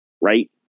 Right